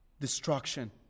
Destruction